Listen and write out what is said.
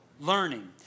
Learning